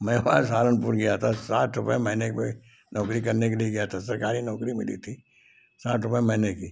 मैं वहाँ सहारनपुर गया था साठ रुपए महीने के वे नौकरी करने के लिए गया था सरकारी नौकरी मिली थी साठ रुपया महीने की